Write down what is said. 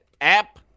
app